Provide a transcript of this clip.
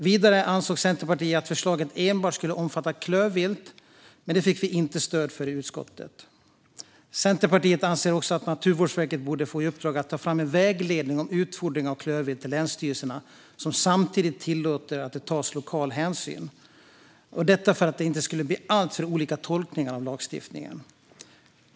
Vidare anser Centerpartiet att förslaget enbart ska omfatta klövvilt, men det fick vi inte stöd för i utskottet. Centerpartiet anser också att Naturvårdsverket borde få i uppdrag att ta fram en vägledning om utfodring av klövvilt till länsstyrelserna som samtidigt tillåter att det tas lokal hänsyn, detta för att det inte ska bli alltför olika tolkningar av lagstiftningen.